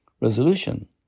resolution